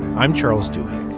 i'm charles de.